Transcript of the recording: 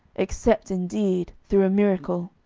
except, indeed, through a miracle!